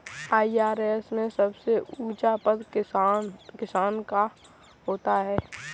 IRS में सबसे ऊंचा पद किसका होता है?